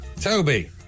Toby